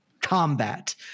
combat